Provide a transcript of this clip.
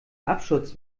absturz